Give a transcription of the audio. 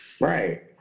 Right